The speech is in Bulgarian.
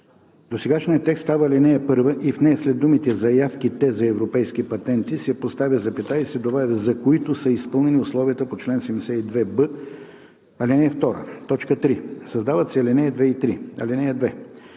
Досегашният текст става ал. 1 и в нея след думите „заявките за европейски патенти“ се поставя запетая и се добавя „за които са изпълнени условията по чл. 72б, ал. 2“. 3. Създават се ал. 2 и 3: